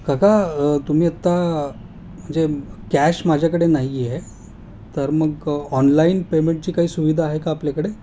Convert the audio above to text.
काका तुम्ही आत्ता म्हणजे कॅश माझ्याकडे नाही आहे तर मग ऑनलाईन पेमेंटची काही सुविधा आहे का आपल्याकडे